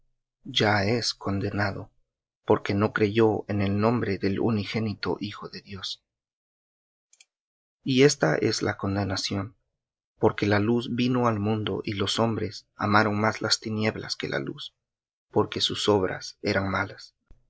ya es condenado porque no creyó en el nombre del unigénito hijo de dios y esta es la condenación porque la luz vino al mundo y los hombres amaron más las tinieblas que la luz porque sus obras eran malas